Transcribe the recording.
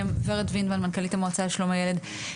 אני מנכ"לית המועצה לשלום הילד.